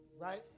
right